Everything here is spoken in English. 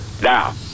Now